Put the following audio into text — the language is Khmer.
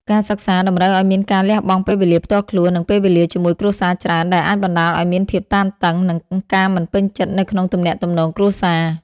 ការសិក្សាតម្រូវឱ្យមានការលះបង់ពេលវេលាផ្ទាល់ខ្លួន និងពេលវេលាជាមួយគ្រួសារច្រើន ដែលអាចបណ្តាលឱ្យមានភាពតានតឹង និងការមិនពេញចិត្តនៅក្នុងទំនាក់ទំនងគ្រួសារ។